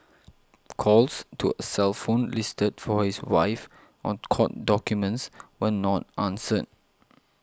calls to a cell phone listed for his wife on court documents were not answered